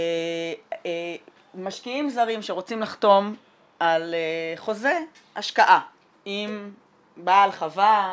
משקיעים זרים שרוצים לחתום על חוזה השקעה עם בעל חווה,